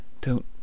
Don't